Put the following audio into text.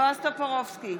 בועז טופורובסקי,